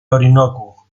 orinoco